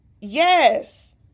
yes